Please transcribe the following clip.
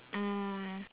um